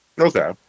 Okay